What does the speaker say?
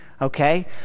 okay